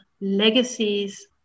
legacies